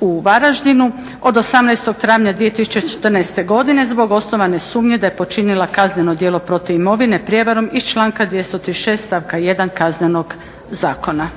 u Varaždinu od 18. travnja 2014. godine zbog osnovane sumnje da je počinila kazneno djelo … imovine prijevarom iz članka 236., stavka 1. Kaznenog zakona.